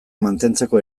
mantentzeko